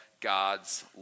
God's